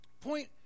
Point